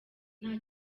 nta